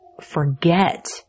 forget